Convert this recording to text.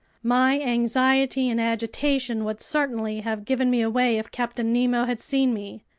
my anxiety and agitation would certainly have given me away if captain nemo had seen me.